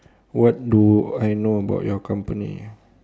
what do I know about your company ah